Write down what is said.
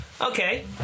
Okay